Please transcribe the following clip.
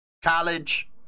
College